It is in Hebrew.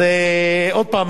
אז עוד הפעם,